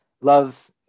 love